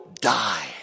die